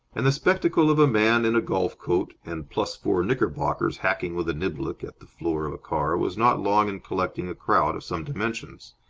and the spectacle of a man in a golf-coat and plus-four knickerbockers hacking with a niblick at the floor of a car was not long in collecting a crowd of some dimensions.